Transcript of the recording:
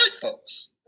folks